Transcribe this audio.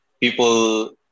people